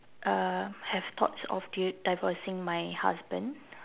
uh have thoughts of di~ divorcing my husband